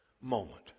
moment